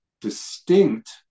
distinct